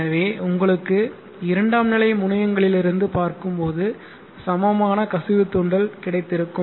எனவே உங்களுக்கு இரண்டாம் நிலை முனையங்களிலிருந்து பார்க்கும்போது சமமான கசிவு தூண்டல் கிடைத்திருக்கும்